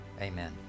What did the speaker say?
Amen